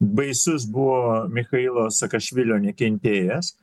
baisus buvo michailo sakašvilio nekentėjas